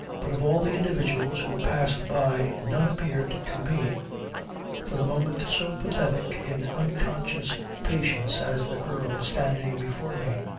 but of all the individuals who passed by none appeared to me for the moment so pathetic in unconscious patience as the girl standing before me